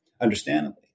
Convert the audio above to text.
understandably